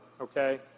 okay